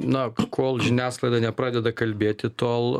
na kol žiniasklaida nepradeda kalbėti tol